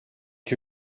que